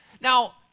Now